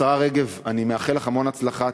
השרה רגב, אני מאחל לך המון הצלחה.